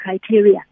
criteria